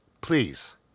Please